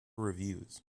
reviews